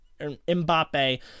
Mbappe